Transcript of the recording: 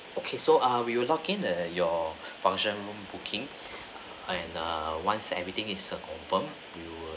okay so uh we will lock in err your function room booking and uh once everything is err confirm we will